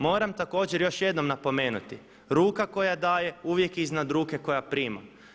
Moram također još jednom napomenuti ruka koja daje uvijek je iznad ruke koja prima.